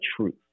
truth